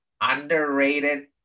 underrated